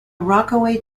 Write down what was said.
rockaway